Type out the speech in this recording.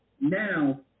now